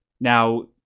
Now